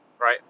right